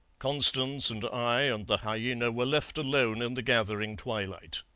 constance and i and the hyaena were left alone in the gathering twilight.